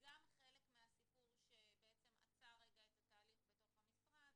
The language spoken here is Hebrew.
גם חלק מהסיפור שעצר את התהליך בתוך המשרד.